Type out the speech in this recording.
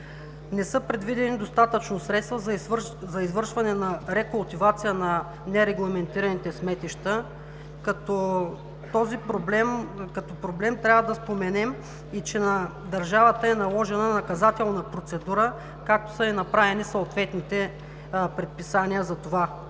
не са предвидени достатъчно средства за извършване на рекултивация на нерегламентираните сметища. Като проблем трябва да споменем, че на държавата е наложена наказателна процедура и са направени съответните предписания за това.